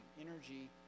energy